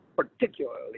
particularly